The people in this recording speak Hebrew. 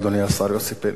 אדוני השר יוסי פלד.